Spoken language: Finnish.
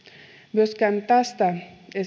myöskään tästä